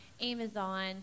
Amazon